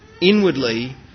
inwardly